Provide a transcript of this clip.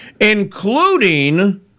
including